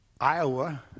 Iowa